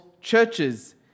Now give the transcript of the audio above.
churches